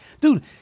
dude